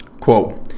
quote